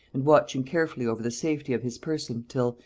and watching carefully over the safety of his person, till,